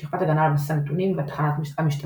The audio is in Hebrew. שכבת הגנה על בסיס הנתונים ותחנת המשתמש,